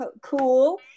cool